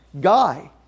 guy